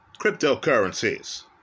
cryptocurrencies